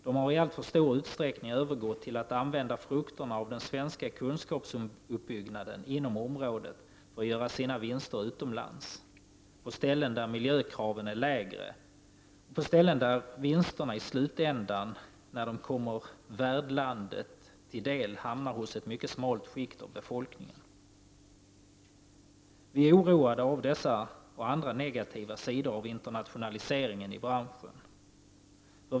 Dessa har i alltför stor utsträckning övergått till att använda frukterna av den svenska kunskapsutbyggnaden på området för att göra vinster utomlands, där miljökraven är lägre och vinsterna i slutändan hamnar hos ett mycket smalt skikt av befolkningen i värdlandet. Vi är oroade av dessa och andra negativa sidor av internationaliseringen i branschen.